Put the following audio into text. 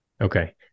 Okay